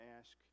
ask